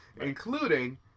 including